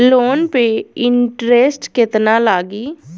Loan पे interest केतना लागी?